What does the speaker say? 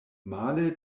male